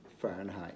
Fahrenheit